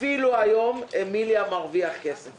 אפילו היום אמיליה קוסמטיקס מרוויח כסף